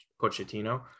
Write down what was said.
pochettino